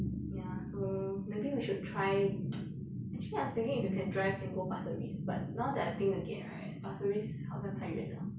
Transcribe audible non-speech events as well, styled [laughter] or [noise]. ya so maybe we should try [noise] actually I was thinking if you can drive can go pasir-ris but now that I think again pasir-ris 好像太远了